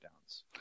downs